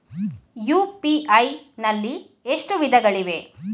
UPI ನಲ್ಲಿ ಎಷ್ಟು ವಿಧಗಳಿವೆ?